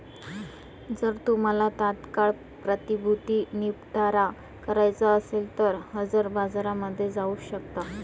जर तुम्हाला तात्काळ प्रतिभूती निपटारा करायचा असेल तर हजर बाजारामध्ये जाऊ शकता